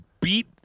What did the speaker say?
beat